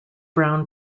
brown